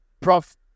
Prof